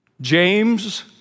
James